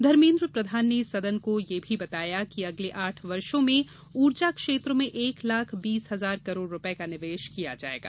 धर्मेन्द्र प्रधान ने सदन को यह भी बताया कि अगले आठ वर्ष में ऊर्जा क्षेत्र में एक लाख बीस हजार करोड़ रूपये का निवेश किया जायेगा